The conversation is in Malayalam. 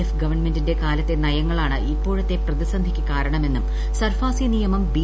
എഫ് ഗവൺമെന്റിന്റെ കാലത്തെ നയങ്ങളാണ് ഇപ്പോഴത്തെ പ്രതിസന്ധിക്ക് കാരണമെന്നും സർഫാസി നിയമം ബി